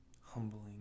humbling